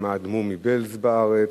האדמו"ר מבעלז, בארץ,